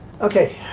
Okay